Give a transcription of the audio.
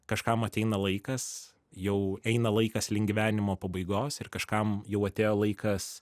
kažkam ateina laikas jau eina laikas link gyvenimo pabaigos ir kažkam jau atėjo laikas